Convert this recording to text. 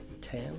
Ten